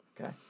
Okay